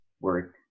work